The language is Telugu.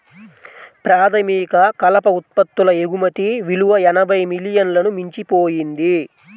ప్రాథమిక కలప ఉత్పత్తుల ఎగుమతి విలువ ఎనభై మిలియన్లను మించిపోయింది